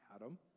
Adam